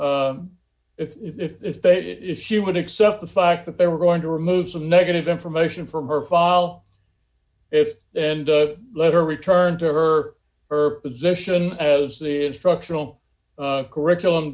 they if she would accept the fact that they were going to remove some negative information from her file if and let her return to her or her position as the instructional curriculum